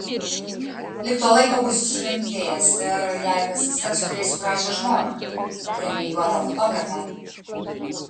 lig to laiko būsiu surimtėjęs ir jei pasiseks turėsiu gražią žmoną premijuotą fotografę